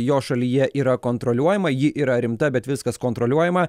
jo šalyje yra kontroliuojama ji yra rimta bet viskas kontroliuojama